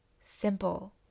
simple